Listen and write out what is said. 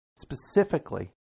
specifically